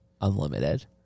Unlimited